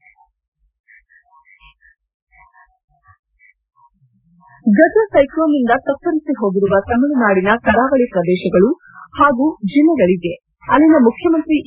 head Gaja ಸೈಕ್ಲೋನ್ನಿಂದ ತತ್ತರಿಸಿ ಹೋಗಿರುವ ತಮಿಳುನಾಡಿನ ಕರಾವಳಿ ಪ್ರದೇಶಗಳು ಹಾಗೂ ಜಿಲ್ಲೆಗಳಿಗೆ ಅಲ್ಲಿನ ಮುಖ್ಲಮಂತ್ರಿ ಇ